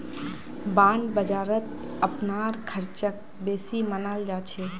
bond बाजारत अपनार ख़र्चक बेसी मनाल जा छेक